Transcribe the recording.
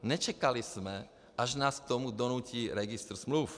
Nečekali jsme, až nás k tomu donutí registr smluv.